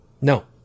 No